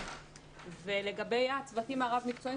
לגבי הצוותים הרב-מקצועיים,